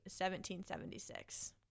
1776